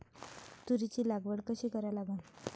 तुरीची लागवड कशी करा लागन?